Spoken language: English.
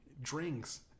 drinks